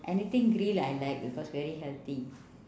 anything grill I like because very healthy